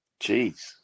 Jeez